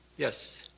yes?